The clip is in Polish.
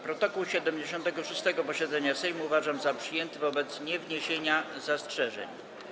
Protokół 76. posiedzenia Sejmu uważam za przyjęty wobec niewniesienia zastrzeżeń.